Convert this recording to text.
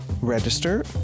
Register